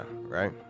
right